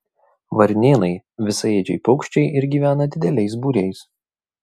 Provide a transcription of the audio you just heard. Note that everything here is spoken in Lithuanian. varnėnai visaėdžiai paukščiai ir gyvena dideliais būriais